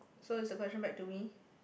so is the question back to me